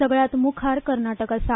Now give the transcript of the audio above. सगल्यांत मुखार कर्नाटक आसा